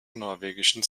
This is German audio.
norwegischen